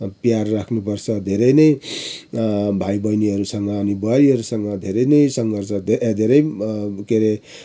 प्यार राख्नु पर्छ धेरै नै भाइ बहिनीहरूसँग अनि बुहारीहरूसँगग धेरै नै सङ्घर्ष धेरै नै के अरे